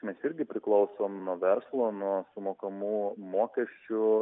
mes irgi priklausom nuo verslo nuo sumokamų mokesčių